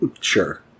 Sure